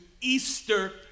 Easter